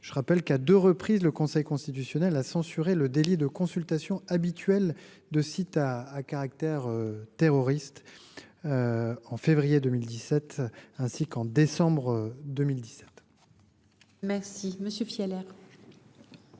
Je rappelle que, à deux reprises, le Conseil constitutionnel a censuré le délit de consultation habituelle de sites à caractère terroriste, en février 2017 et en décembre 2017. Le Gouvernement